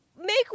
make